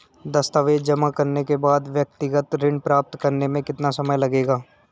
दस्तावेज़ जमा करने के बाद व्यक्तिगत ऋण प्राप्त करने में कितना समय लगेगा?